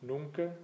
Nunca